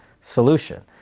solution